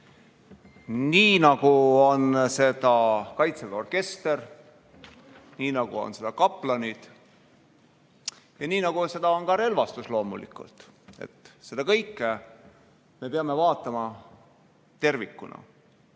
nii nagu on seda Kaitseväe orkester, nii nagu on seda kaplanid ja nii nagu seda on relvastus loomulikult. Seda kõike peame vaatama tervikuna. On